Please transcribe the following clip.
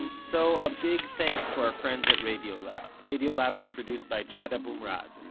so, a big thanks to our friends at radiolab. radiolab is produced by jad abumrad.